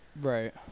right